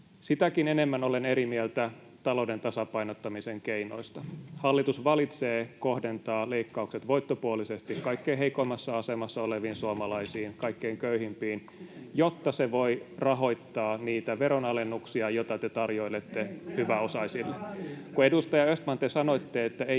Sitäkin enemmän olen eri mieltä talouden tasapainottamisen keinoista. Hallitus valitsee kohdentaa leikkaukset voittopuolisesti kaikkein heikoimmassa asemassa oleviin suomalaisiin, kaikkein köyhimpiin, jotta se voi rahoittaa niitä veronalennuksia, joita te tarjoilette hyväosaisille. [Sinuhe Wallinheimo: Pääsevät